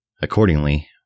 Accordingly